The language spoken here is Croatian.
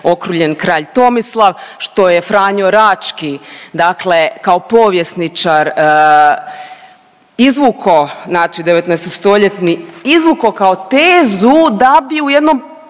okrunjen kralj Tomislav što je Franjo Rački kao povjesničar izvuko devetnaesto stoljetni izvuko kao tezu da bi u jednom